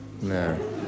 No